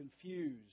confused